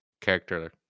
character